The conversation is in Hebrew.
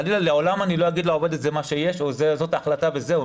חלילה לעולם אני לא אומר לעובדת זה מה שיש או זאת ההחלטה וזהו.